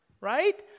Right